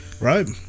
Right